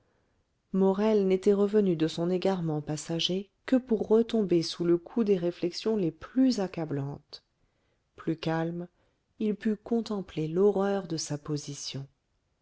morel n'était revenu de son égarement passager que pour retomber sous le coup des réflexions les plus accablantes plus calme il put contempler l'horreur de sa position